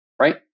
right